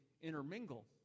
intermingle